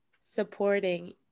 supporting